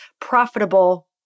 profitable